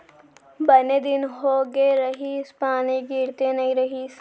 बने दिन हो गए रहिस, पानी गिरते नइ रहिस